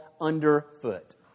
underfoot